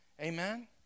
Amen